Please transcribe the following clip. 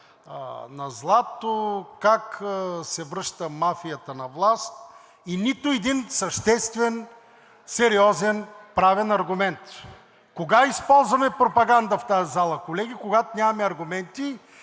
на злато, как се връща мафията на власт и нито един съществен, сериозен правен аргумент. Кога използваме пропаганда в тази зала, колеги? – Когато нямаме аргументи